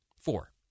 Four